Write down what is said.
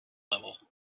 level